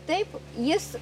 taip jis